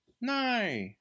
No